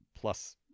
plus